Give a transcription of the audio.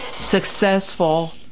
successful